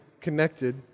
connected